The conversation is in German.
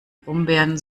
brombeeren